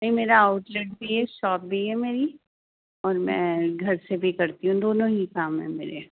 نہیں میرا آؤٹلیٹ بھی ہے شاپ بھی ہے میری اور میں گھر سے بھی کرتی ہوں دونوں ہی کام ہے میرے